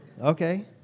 Okay